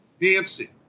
Nancy